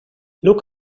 look